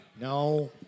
No